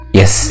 yes